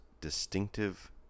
distinctive